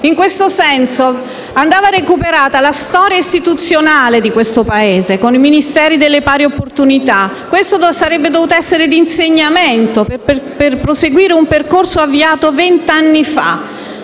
In questo senso, andava recuperata la storia istituzionale del nostro Paese, con i Ministeri delle pari opportunità. Questo avrebbe dovuto essere di insegnamento per proseguire un percorso avviato vent'anni fa.